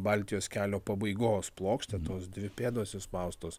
baltijos kelio pabaigos plokštė tos dvi pėdos įspaustos